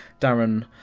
Darren